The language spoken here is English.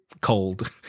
cold